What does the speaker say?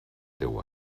deu